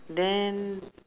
then